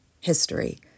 History